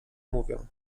mówią